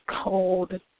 cold